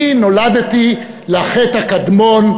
אני נולדתי לחי"ת הקדמון,